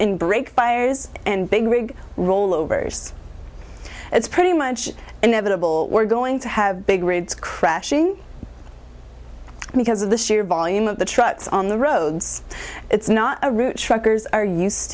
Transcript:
in break buyers and big rig rollovers it's pretty much inevitable we're going to have big rigs crashing because of the sheer volume of the trucks on the roads it's not a route truckers are used